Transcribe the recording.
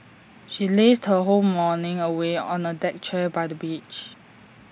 she lazed her whole morning away on A deck chair by the beach